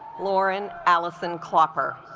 lauren allison klopper